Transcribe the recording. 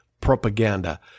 propaganda